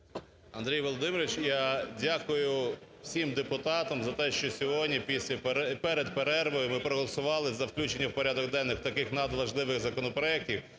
Андрій Володимирович, я дякую всім депутатів за те, що сьогодні перед перервою ви проголосували за включення в порядок денний таких надважливих законопроектів,